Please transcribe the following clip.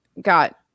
got